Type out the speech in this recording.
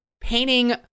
painting